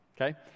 okay